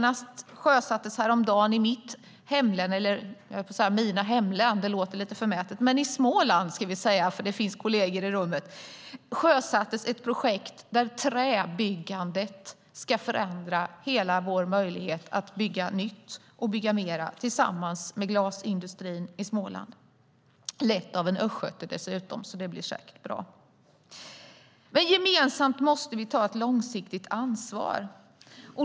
Häromdagen sjösattes ett projekt i Småland där man tillsammans med glasindustrin ska bygga nytt och bygga mer av trä. Det är dessutom lett av en östgöte, så det blir säkert bra. Vi måste ta ett gemensamt, långsiktigt ansvar.